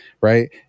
Right